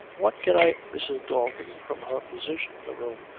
what can i mrs. dalton, from her position in the room,